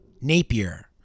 Napier